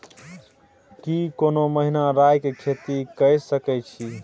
की कोनो महिना राई के खेती के सकैछी?